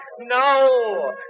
no